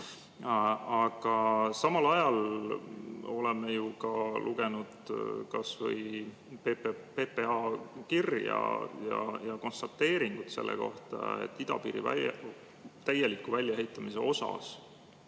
Aga samal ajal oleme ju ka lugenud kasvõi PPA kirja ja konstateeringut selle kohta, et idapiiri täieliku väljaehitamise hind